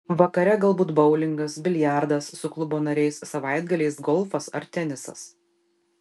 vakare galbūt boulingas biliardas su klubo nariais savaitgaliais golfas ar tenisas